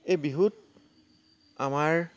এই বিহুত আমাৰ